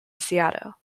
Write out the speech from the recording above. seattle